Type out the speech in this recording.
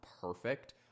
perfect